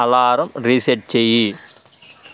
alarm reset చేయి